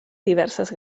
diverses